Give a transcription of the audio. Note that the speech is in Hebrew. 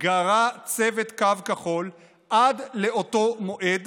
גרע צוות קו כחול עד לאותו מועד